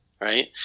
right